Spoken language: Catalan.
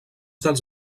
dels